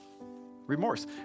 Remorse